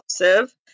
inclusive